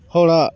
ᱦᱚᱲᱟᱜ